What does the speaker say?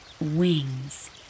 wings